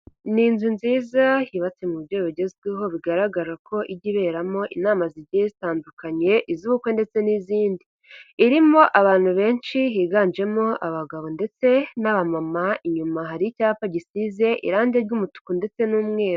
Ni inzu nziza yubatse mu buryo bugezweho bigaragara ko ijya iberamo inama zigiye zitandukanye, iz'ubukwe ndetse n'izindi. Irimo abantu benshi higanjemo abagabo ndetse n'aba mama, inyuma hari icyapa gisize irange ry'umutuku ndetse n'umweru.